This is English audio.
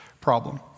problem